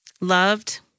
loved